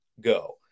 go